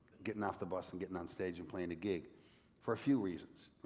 getting off the bus, and getting on stage, and playing a gig for a few reasons.